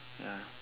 ya